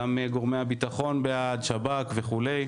גם גורמי הביטחון בעד, שב"כ וכולי.